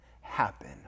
happen